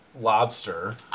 lobster